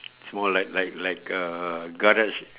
it's more like like like a garage